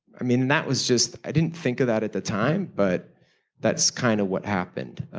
i mean, that was just i didn't think of that at the time, but that's kind of what happened